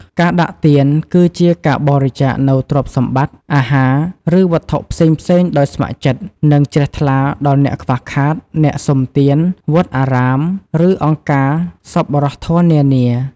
ការដាក់ទាន គឺជាការបរិច្ចាគនូវទ្រព្យសម្បត្តិ អាហារ ឬវត្ថុផ្សេងៗដោយចិត្តស្ម័គ្រ និងជ្រះថ្លាដល់អ្នកខ្វះខាត អ្នកសុំទាន វត្តអារាម ឬអង្គការសប្បុរសធម៌នានា។